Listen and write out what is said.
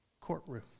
courtroom